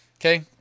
Okay